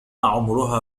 عمرها